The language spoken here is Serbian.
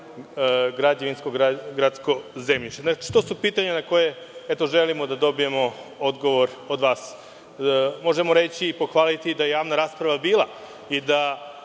građevinsko gradsko zemljište? To su pitanja na koja želimo da dobijemo odgovor od vas. Možemo reći i pohvaliti da je javna rasprava bila i da